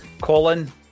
Colin